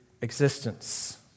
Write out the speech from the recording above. existence